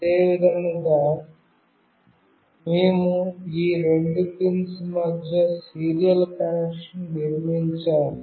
అదేవిధంగా మేము ఈ రెండు పిన్స్ మధ్య సీరియల్ కనెక్షన్ను నిర్మించాలి